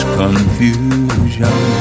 confusion